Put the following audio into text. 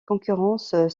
concurrence